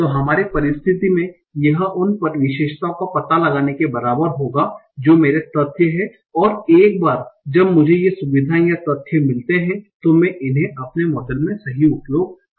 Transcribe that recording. तो हमारे परिस्थिति में यह उन विशेषताओं का पता लगाने के बराबर होगा जो मेरे तथ्य हैं और एक बार जब मुझे ये सुविधाएँ या तथ्य मिलते हैं तो मैं इन्हें अपने मॉडल में सही उपयोग करता हूँ